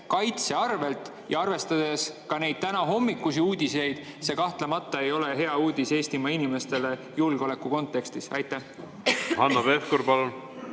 kaitse arvelt. Arvestades ka tänahommikusi uudiseid, see kahtlemata ei ole hea uudis Eestimaa inimestele julgeolekukontekstis. Hanno Pevkur, palun!